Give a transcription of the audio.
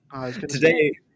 today